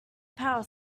power